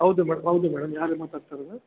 ಹೌದು ಮೇಡಮ್ ಹೌದು ಮೇಡಮ್ ಯಾರು ಮಾತಾಡ್ತಾ ಇರೋದು